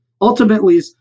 ultimately